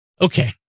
Okay